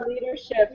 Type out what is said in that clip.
leadership